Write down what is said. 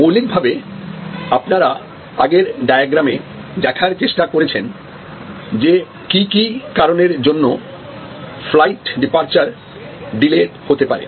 মৌলিকভাবে আপনারা আগের ডায়াগ্রামে Refer Time 0943 দেখার চেষ্টা করেছেন যে কী কী কারণের জন্য ফ্লাইট ডিপারচার ডিলেড হতে পারে